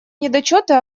недочеты